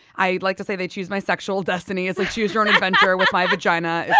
i'd like to say they choose my sexual destiny as a choose your own adventure with my vagina. yeah